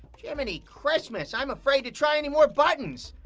jiminy christmas, i'm afraid to try any more buttons.